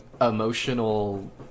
emotional